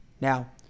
Now